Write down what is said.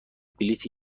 بلیت